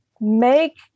make